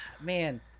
Man